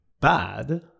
bad